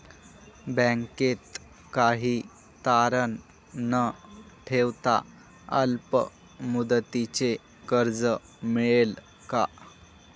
बँकेत काही तारण न ठेवता अल्प मुदतीचे कर्ज मिळेल का?